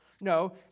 No